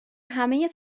همه